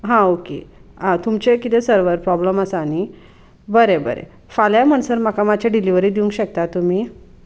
हां ओके आं तुमचें कितें सर्वर प्रोब्लम आसा न्हय बरें बरें फाल्यां म्हणसर म्हाका मात्शे डिलिवरी दिवंक शकता तुमी